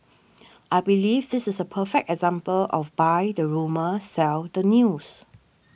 I believe this is a perfect example of buy the rumour sell the news